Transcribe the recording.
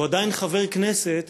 ועדיין חבר כנסת